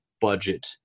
budget